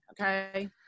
Okay